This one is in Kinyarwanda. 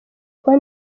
kuba